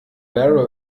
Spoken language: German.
barrel